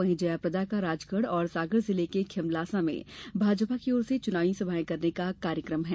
वहीं जयाप्रदा का राजगढ़ और सागर जिले के खिमलासा में भाजपा के ओर से चुनावी सभाएं करने का कार्यक्रम है